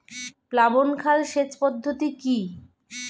প্লাবন খাল সেচ পদ্ধতি কি?